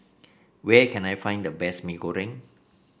where can I find the best Mee Goreng